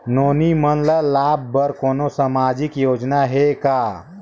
नोनी मन ल लाभ बर कोनो सामाजिक योजना हे का?